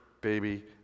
baby